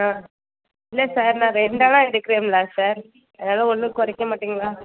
ஆ இல்லை சார் நான் ரெண்டாலாம் எடுக்குறோம்ல சார் அதனால் ஒன்று குறைக்க மாட்டிங்களா